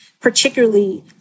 particularly